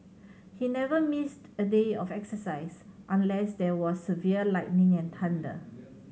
he never missed a day of exercise unless there was severe lightning and thunder